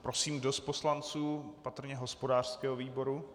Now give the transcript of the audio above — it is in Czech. Prosím, kdo z poslanců, patrně hospodářského výboru...